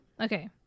okay